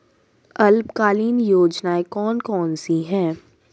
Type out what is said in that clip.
अल्पकालीन योजनाएं कौन कौन सी हैं?